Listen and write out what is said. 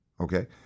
Okay